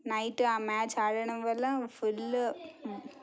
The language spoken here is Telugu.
నైట్ ఆ మ్యాచ్ ఆడడం వల్ల ఫుల్